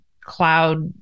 cloud